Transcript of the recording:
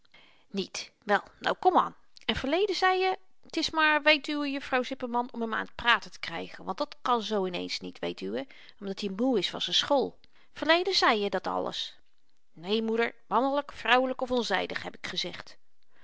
niet wel nou kom an en verleden zei je t is maar weet uwe juffrouw zipperman om m aan t praten te krygen maar dat kan zoo in-eens niet weet uwé omdat i moe is van z'n school verleden zei je dat alles né moeder mannelyk vrouwelyk of onzydig heb ik gezegd